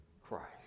Christ